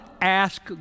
ask